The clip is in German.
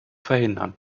verhindern